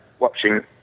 watching